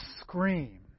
scream